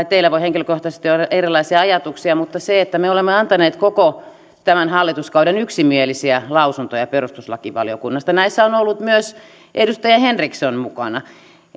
teillä voi henkilökohtaisesti olla erilaisia ajatuksia mutta me olemme antaneet koko tämän hallituskauden yksimielisiä lausuntoja perustuslakivaliokunnasta näissä on ollut myös edustaja henriksson mukana